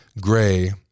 gray